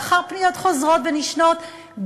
לאחר פניות חוזרות ונשנות,